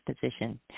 position